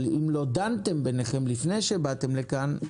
אם לא דנתם ביניכם לפני שבאתם לכאן,